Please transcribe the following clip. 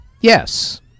Yes